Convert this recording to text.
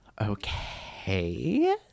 Okay